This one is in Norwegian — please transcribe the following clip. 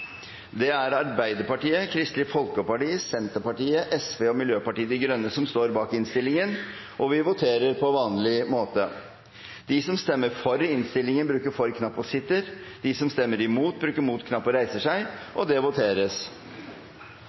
Det er Arbeiderpartiet, Venstre, Sosialistisk Venstreparti og Miljøpartiet De Grønne som står bak innstillingen. Vi voterer ved navneopprop, og starter med representant nr. 6 for Østfold fylke, Stein Erik Lauvås. De som stemmer for innstillingen, svarer ja. De som stemmer imot